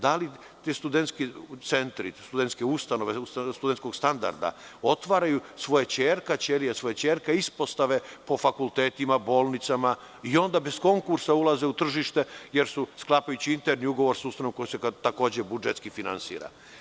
Da li ti studentski centri, ustanove studentskog standarda otvaraju svoje ćerka ćerije, svoje ćerka ispostave po fakultetima, bolnicama i onda bez konkursa ulaze u tržište, jer su, sklapajući interni ugovor sa ustanovom koja se takođe budžetski finansira?